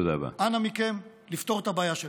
אנא מכם, לפתור את הבעיה שלהם.